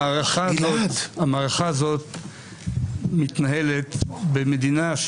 המערכה הזאת מתנהלת במדינה,